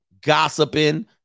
Gossiping